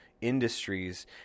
industries